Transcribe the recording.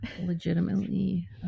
legitimately